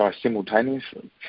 simultaneously